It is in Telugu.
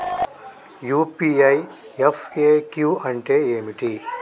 యూ.పీ.ఐ ఎఫ్.ఎ.క్యూ అంటే ఏమిటి?